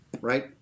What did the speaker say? right